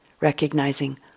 recognizing